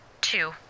Two